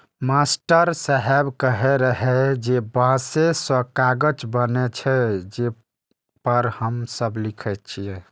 master साहेब कहै रहै जे बांसे सं कागज बनै छै, जे पर हम सब लिखै छियै